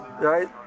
right